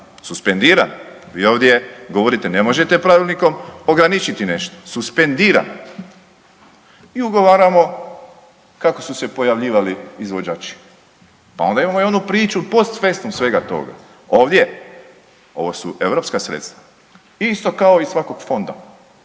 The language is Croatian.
suspendiran. Vi ovdje govorite ne možete pravilnikom ograničiti nešto. Suspendiran! I ugovaramo kako su se pojavljivali izvođači. Pa onda imamo i onu priču post festum svega toga. Ovdje, ovo su europska sredstva isto kao i svakog fonda.